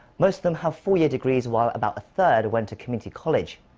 most of them have four-year degrees while about a third went to community college.